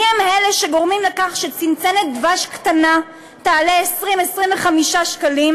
מי הם אלה שגורמים לכך שצנצנת דבש קטנה תעלה 20 25 שקלים,